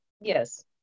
Yes